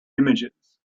images